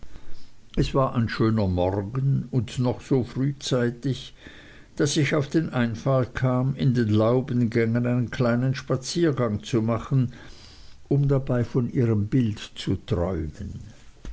es war ein schöner morgen und noch so frühzeitig daß ich auf den einfall kam in den laubengängen einen kleinen spaziergang zu machen um dabei von ihrem bild zu träumen